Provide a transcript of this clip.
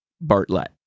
Bartlett